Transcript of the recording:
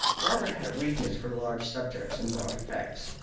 robert had a weakness for large subjects and broad effects.